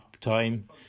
time